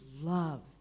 love